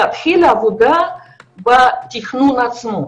להתחיל את העבודה בתכנון עצמו.